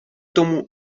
tomu